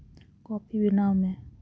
coffee ᱵᱮᱱᱟᱣ ᱢᱮ